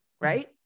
right